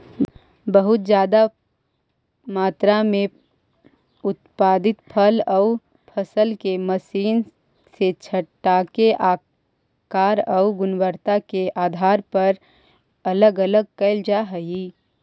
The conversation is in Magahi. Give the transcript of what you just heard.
बहुत ज्यादा मात्रा में उत्पादित फल आउ फसल के मशीन से छाँटके आकार आउ गुणवत्ता के आधार पर अलग अलग कैल जा हई